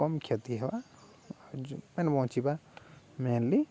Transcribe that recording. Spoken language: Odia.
କମ୍ କ୍ଷତି ହେବା ମାନେ ବଞ୍ଚିିବା ମେନଲି